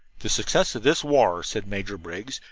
the success of this war, said major briggs,